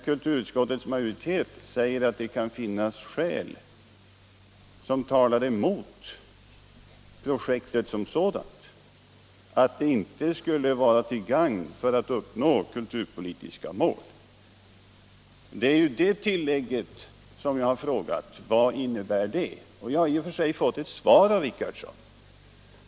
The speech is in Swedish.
Kulturutskottets majoritet säger nämligen att det kan finnas skäl som talar emot projektet som sådant, därför att det inte är till gagn när det gäller att uppnå kulturpolitiska mål. Det är ju beträffande det tillägget jag har frågat om innebörden. I och för sig har jag fått ett svar av herr Richardson.